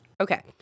Okay